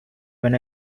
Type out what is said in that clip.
when